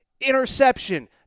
Interception